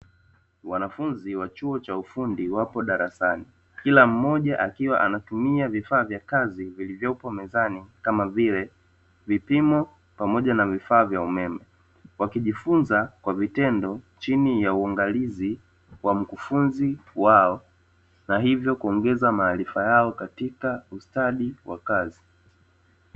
Wanafunzi wa chuo cha ufundi wapo darasani, kila mmoja akiwa anatumia vifaa vya kazi vilivyopo mezani kama vile; vipimo pamoja na vifaa vya umeme, wakijifunza kwa vitendo chini ya uangalizi wa mkufunzi wao, na hivyo kuongeza maarifa yao katika ustadi wa kazi.